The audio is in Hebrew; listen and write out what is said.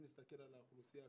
אם נסתכל על האוכלוסייה,